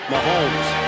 Mahomes